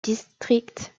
district